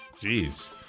Jeez